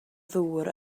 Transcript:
ddŵr